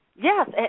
Yes